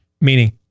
Meaning